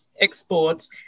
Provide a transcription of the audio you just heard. exports